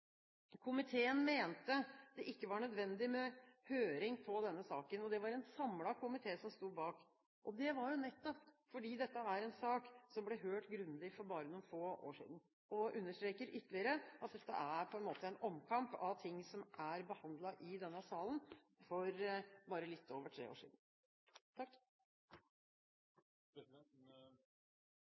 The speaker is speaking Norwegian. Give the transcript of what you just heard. Komiteen mente det ikke var nødvendig med høring i denne saken. Det var det en samlet komité som sto bak, nettopp fordi dette er en sak som var på en grundig høring for bare noen få år siden, noe som ytterligere understreker at dette er en omkamp om ting som ble behandlet i denne salen for bare litt over tre år